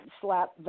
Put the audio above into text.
slap